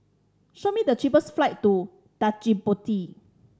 show me the cheapest flight to Djibouti